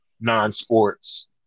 non-sports